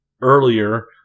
earlier